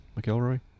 McElroy